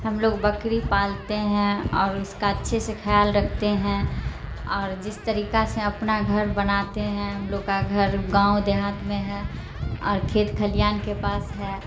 ہم لوگ بکری پالتے ہیں اور اس کا اچھے سے خیال رکھتے ہیں اور جس طریقہ سے اپنا گھر بناتے ہیں ہم لوگ کا گھر گاؤں دیہات میں ہے اور کھیت کھلیان کے پاس ہے